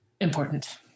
important